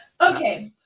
Okay